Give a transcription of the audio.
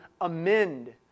amend